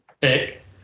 pick